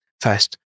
First